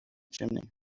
chimney